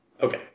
Okay